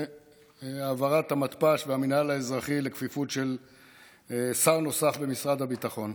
העברת המתפ"ש והמינהל האזרחי לכפיפות של שר נוסף במשרד הביטחון,